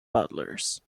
butlers